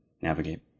navigate